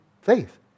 faith